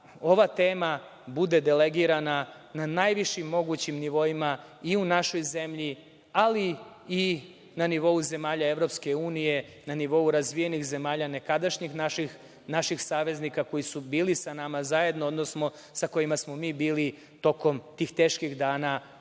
ova tema bude delegirana na najvišim mogućim nivoima i u našoj zemlji, ali i na nivou zemalja EU, na nivou razvijenih zemalja nekadašnjih naših saveznika koji su bili zajedno sa nama, odnosno sa kojima smo mi bili tokom tih teških dana u Drugom